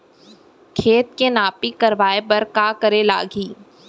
खेत के नापी करवाये बर का करे लागही?